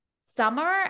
summer